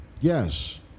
Yes